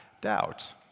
doubt